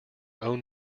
own